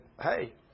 hey